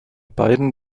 beiden